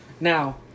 Now